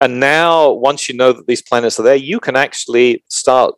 ועד שאתם יודעים שהפלנות האלה היו כאן, אתם יכולים להתחיל.